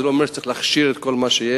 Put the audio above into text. זה לא אומר שצריך להכשיר את כל מה שיש.